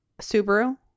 Subaru